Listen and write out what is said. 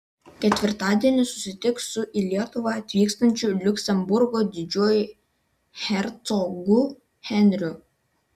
ketvirtadienį susitiks su į lietuvą atvykstančiu liuksemburgo didžiuoju hercogu henriu